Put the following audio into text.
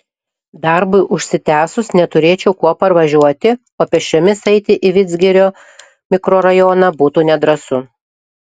darbui užsitęsus neturėčiau kuo parvažiuoti o pėsčiomis eiti į vidzgirio mikrorajoną būtų nedrąsu